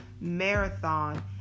marathon